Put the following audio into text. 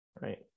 right